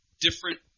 different